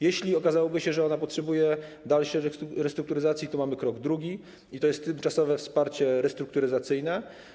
Jeśli okazałoby się, że ona potrzebuje dalszej restrukturyzacji, to mamy krok drugi, i to jest tymczasowe wsparcie restrukturyzacyjne.